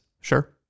sure